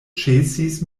ĉesis